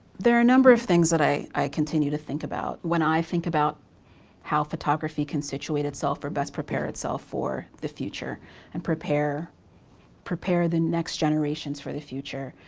there are a number of things that i i continue to thing about when i think about how photography can situate itself or best prepare itself for the future and prepare prepare the next generations for the future.